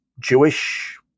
jewish